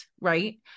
right